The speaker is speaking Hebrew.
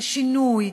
השינוי,